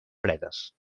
fredes